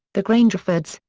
the grangerfords,